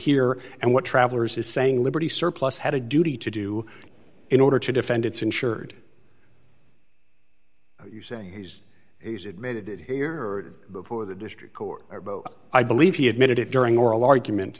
here and what travelers is saying liberty surplus had a duty to do in order to defend its insured you say he's he's admitted it here or before the district court or both i believe he admitted it during oral argument